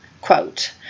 quote